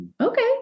okay